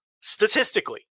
statistically